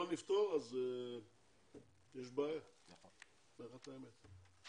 לא נפתור, אז יש בעיה, אני אומר לך את האמת.